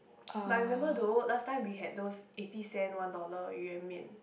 but remember though last time we had those eighty cent one dollar yuan-mian